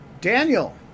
Daniel